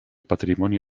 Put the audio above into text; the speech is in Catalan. patrimoni